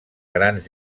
grans